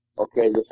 Okay